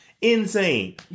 Insane